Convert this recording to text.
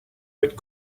but